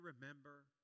remember